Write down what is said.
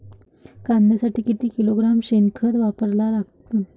कांद्यासाठी किती किलोग्रॅम शेनखत वापरा लागन?